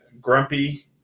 grumpy